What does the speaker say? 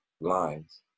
lines